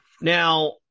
Now